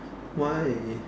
why